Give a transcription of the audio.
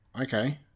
Okay